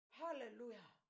hallelujah